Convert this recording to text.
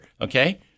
okay